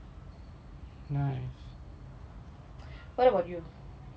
what about you